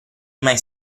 mai